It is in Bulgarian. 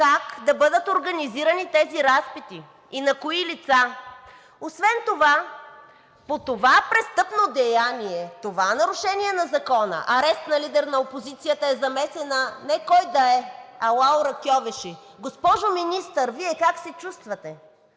как да бъдат организирани тези разпити и на кои лица. Освен това по това престъпно деяние, в това нарушение на Закона – арест на лидер на опозицията, е замесена не кой да е, а Лаура Кьовеши. Госпожо Министър, Вие как се чувствате?